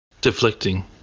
deflecting